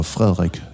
Frederik